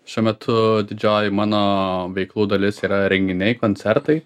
šiuo metu didžioji mano veiklų dalis yra renginiai koncertai